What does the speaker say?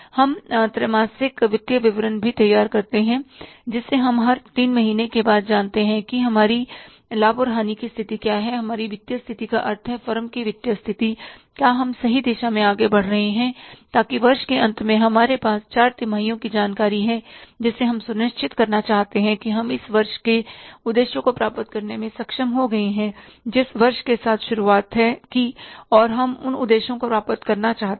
हम त्रैमासिक वित्तीय विवरण भी तैयार करते हैं जिसे हम हर तीन महीने के बाद जानते हैं कि हमारी लाभ और हानि की स्थिति क्या है हमारी वित्तीय स्थिति का अर्थ है फर्म की वित्तीय स्थिति क्या हम सही दिशा में आगे बढ़ रहे हैं ताकि वर्ष के अंत में हमारे पास चार तिमाहियों की जानकारी है जिसे हम सुनिश्चित करना चाहते हैं कि हम इस वर्ष के उद्देश्यों को प्राप्त करने में सक्षम हो गए हैं जिस वर्ष के साथ शुरुआत की और हम उन उद्देश्यों को प्राप्त करना चाहते हैं